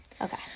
okay